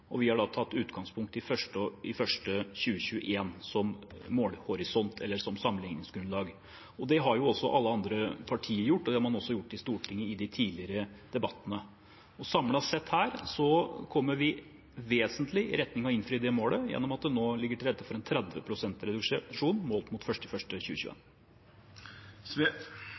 og vi har tatt utgangspunkt i 1. januar 2021 som sammenligningsgrunnlag. Det har også alle andre partier gjort, og det har man gjort i Stortinget i de tidligere debattene. Samlet sett kommer vi vesentlig i retning av å innfri det målet gjennom at det nå ligger til rette for en reduksjon på 30 pst. målt mot